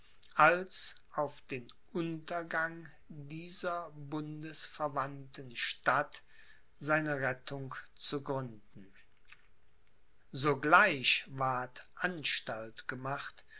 als auf den untergang dieser bundesverwandten stadt seine rettung zu gründen sogleich ward anstalt gemacht